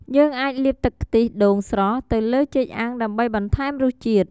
យើងអាចលាបទឹកខ្ទិះដូងស្រស់ទៅលើចេកអាំងដើម្បីបន្ថែមរសជាតិ។